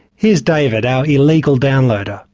here's david, our illegal downloader.